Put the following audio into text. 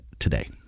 Today